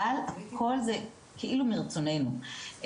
אבל הכול זה כאילו מרצוננו,